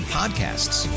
podcasts